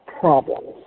problems